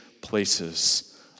places